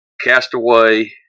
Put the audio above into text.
Castaway